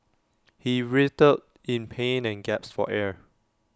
he writhed in pain and gasped for air